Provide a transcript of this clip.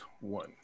one